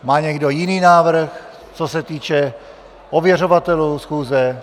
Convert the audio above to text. Má někdo jiný návrh, co se týče ověřovatelů schůze?